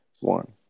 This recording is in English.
one